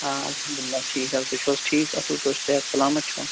آ اَلحَمدُاللہ ٹھیٖک حظ تُہۍ چھُو حظ ٹھیٖک اَصٕل پٲٹھۍ صحت سَلامَتھ چھُوا